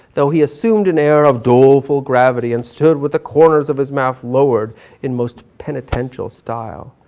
though he assumed an air of doful gravity and stood with the corners of his mouth lowered in most penitential style.